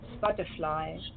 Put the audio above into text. butterfly